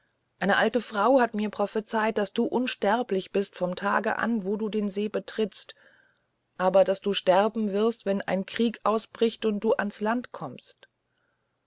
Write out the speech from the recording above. eine alte frau hat mir prophezeit daß du unsterblich bist vom tage an wo du den see betrittst aber daß du sterben wirst wenn ein krieg ausbricht und du ans land kommst